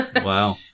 Wow